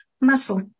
muscle